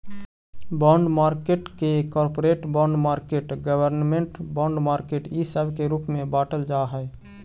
bond market के corporate bond market government bond market इ सब के रूप में बाटल जा हई